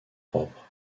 propres